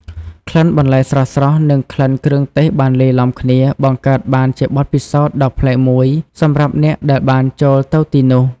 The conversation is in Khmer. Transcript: ក្លិនបន្លែស្រស់ៗ និងក្លិនគ្រឿងទេសបានលាយឡំគ្នា បង្កើតបានជាបទពិសោធន៍ដ៏ប្លែកមួយសម្រាប់អ្នកដែលបានចូលទៅទីនោះ។